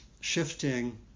shifting